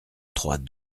trois